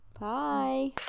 Bye